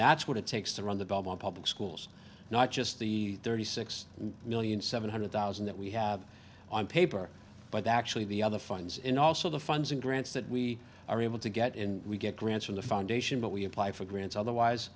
that's what it takes to run the bubble in public schools not just the thirty six million seven hundred thousand that we have on paper but actually the other funds in also the funds and grants that we are able to get in we get grants from the foundation but we apply for grants otherwise